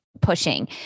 pushing